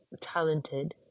talented